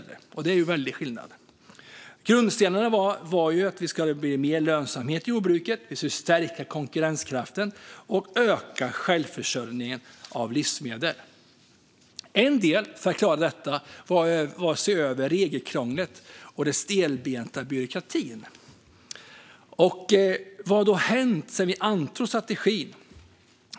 Det är en stor skillnad. Grundstenarna var att det ska bli mer lönsamhet i jordbruket, att stärka konkurrenskraften och att öka självförsörjningen med livsmedel. En del i att klara detta var att se över regelkrånglet och den stelbenta byråkratin. Vad har hänt sedan vi antog strategin?